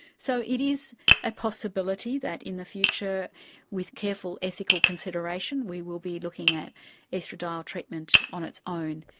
so it is a possibility that in the future with careful ethical consideration we will be looking at oestradiol so and treatment on its own.